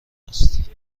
است